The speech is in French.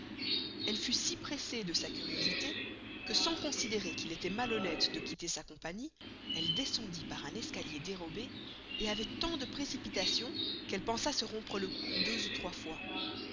elle fut si pressée de sa curiosité que sans considerer qu'il estoit malhonneste de quitter sa compagnie elle y descendit par un petit escalier dérobé et avec tant de précipitation qu'elle pensa se rompre le cou deux ou trois fois